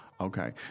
Okay